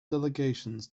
delegations